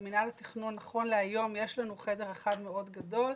במינהל התכנון נכון להיום יש לנו חדר אחד מאוד גדול,